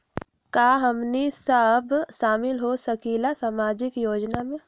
का हमनी साब शामिल होसकीला सामाजिक योजना मे?